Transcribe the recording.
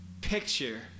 picture